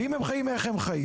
ואם הם חיים אז איך הם חיים.